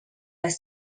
les